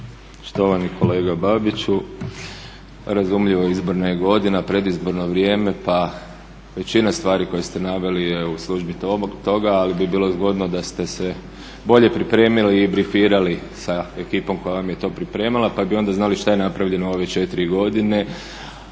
štovani kolega Babiću. Razumljivo izborna je godina, predizborno vrijeme pa većina stvari koje ste naveli je u službi toga. Ali bi bilo zgodno da ste se bolje pripremili i brifirali sa ekipom koja vam je to pripremala, pa bi onda znali što je napravljeno u ove 4 godine.